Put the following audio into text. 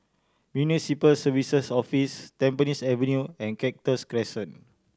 Municipal Services Office Tampines Avenue and Cactus Crescent